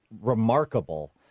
remarkable